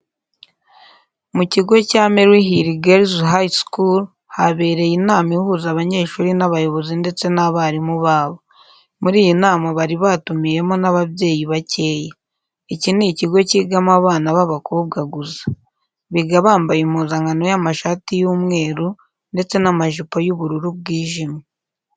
Mu kigo cya Maryhill Girls High School habereye inama ihuza abanyeshuri n'abayobozi ndetse n'abarimu babo. Muri iyi nama bari batumiyemo n'ababyeyi bakeya. Iki ni ikigo cyigamo abana b'abakobwa gusa. Biga bambaye impuzankano y'amashati y'umweru ndetse n'amajipo y'ubururu bwijimye.